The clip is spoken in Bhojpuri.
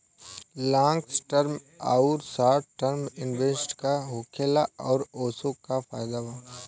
लॉन्ग टर्म आउर शॉर्ट टर्म इन्वेस्टमेंट का होखेला और ओसे का फायदा बा?